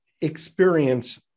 experience